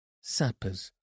Sappers